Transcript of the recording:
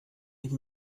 ich